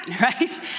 right